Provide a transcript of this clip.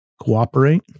cooperate